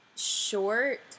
short